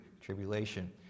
tribulation